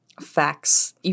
facts